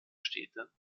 städte